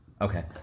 Okay